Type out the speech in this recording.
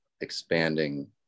expanding